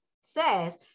says